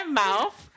mouth